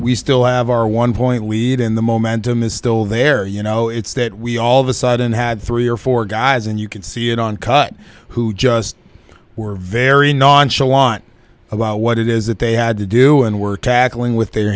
we still have our one point lead in the momentum is still there you know it's that we all of a sudden had three or four guys and you can see it on cut who just were very nonchalant about what it is that they had to do and were tackling with their